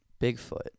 Bigfoot